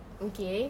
okay